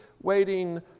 waiting